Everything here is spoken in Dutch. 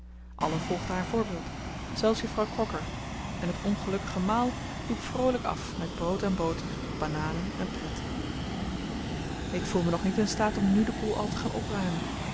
allen volgden haar voorbeeld zelfs juffrouw crocker en het ongelukkige maal liep vroolijk af met brood en boter bananen en pret ik voel me nog niet in staat om nu den boel al te gaan opruimen